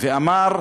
והוא אמר